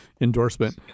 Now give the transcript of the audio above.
endorsement